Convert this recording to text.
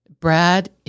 Brad